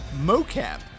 mocap